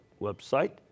website